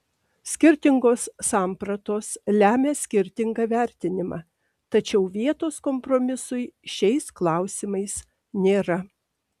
skirtingos sampratos lemia skirtingą vertinimą tačiau vietos kompromisui šiais klausimais nėra